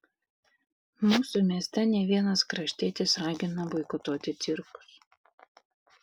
mūsų mieste ne vienas kraštietis ragina boikotuoti cirkus